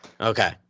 Okay